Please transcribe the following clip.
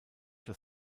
das